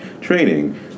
training